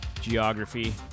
Geography